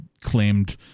claimed